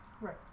Right